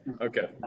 Okay